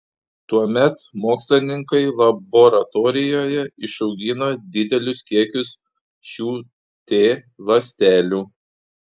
tuomet mokslininkai laboratorijoje išaugina didelius kiekius šių t ląstelių